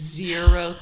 zero